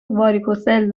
واریکوسل